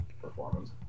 performance